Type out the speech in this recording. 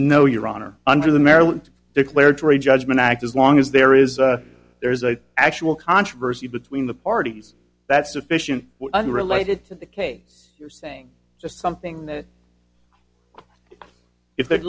know your honor under the maryland declaratory judgment act as long as there is there is actual controversy between the parties that's sufficient unrelated to the case you're saying just something that if the